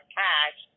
cash